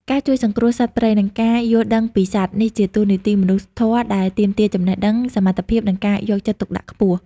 ការជួយសង្គ្រោះសត្វព្រៃ និងការយល់ដឹងពីសត្វ នេះជាតួនាទីមនុស្សធម៌ដែលទាមទារចំណេះដឹង សមត្ថភាព និងការយកចិត្តទុកដាក់ខ្ពស់។